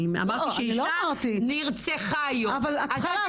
אמרתי שאישה נרצחה היום, אז אל תתקני.